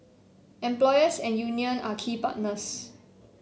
employers and union are key partners